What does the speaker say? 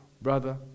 brother